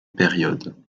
période